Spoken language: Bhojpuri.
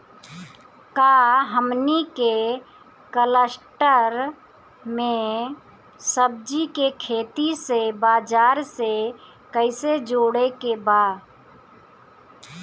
का हमनी के कलस्टर में सब्जी के खेती से बाजार से कैसे जोड़ें के बा?